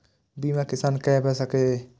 बीमा किसान कै भ सके ये?